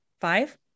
five